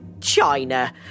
China